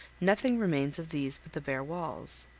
nothing remains of these but the bare walls.